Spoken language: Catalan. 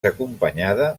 acompanyada